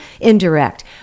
indirect